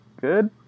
Good